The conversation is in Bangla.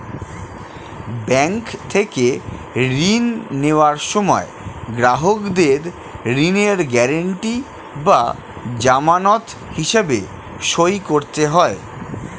ব্যাংক থেকে ঋণ নেওয়ার সময় গ্রাহকদের ঋণের গ্যারান্টি বা জামানত হিসেবে সই করতে হয়